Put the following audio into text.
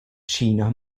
china